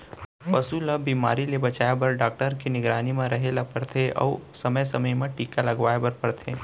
पसू ल बेमारी ले बचाए बर डॉक्टर के निगरानी म रहें ल परथे अउ समे समे म टीका लगवाए बर परथे